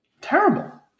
terrible